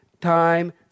time